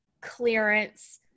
clearance